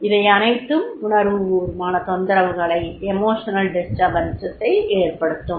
இவையனைத்தும் உணர்வு பூர்வமான தொந்தரவுகளை ஏற்படுத்தும்